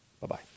Bye-bye